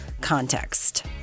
context